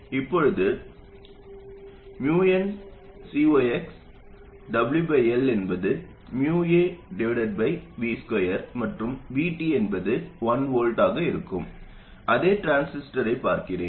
இப்போது nCoxஎன்பது µA V2 மற்றும் VT என்பது 1 V ஆக இருக்கும் அதே டிரான்சிஸ்டரைப் பார்க்கிறேன்